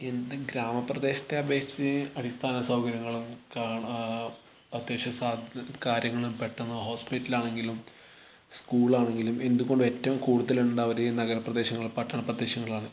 എന്ന് ഗ്രാമ പ്രദേശത്തെ അപേക്ഷിച്ചു അടിസ്ഥാന സൗകര്യങ്ങളും കാണാം അത്യാവശ്യ സാധാ കാര്യങ്ങളും പെട്ടെന്ന് ഹോസ്പിറ്റലാണെങ്കിലും സ്കൂളാണെങ്കിലും എന്തുകൊണ്ടും ഏറ്റവും കൂടുതലുണ്ടാവുക ഈ നഗര പ്രദേശങ്ങള് പട്ടണ പ്രദേശങ്ങളിലാണ്